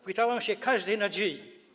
Chwytałam się każdej nadziei.